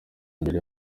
imbere